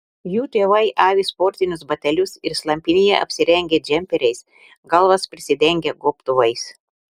jų tėvai avi sportinius batelius ir slampinėja apsirengę džemperiais galvas prisidengę gobtuvais